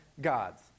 gods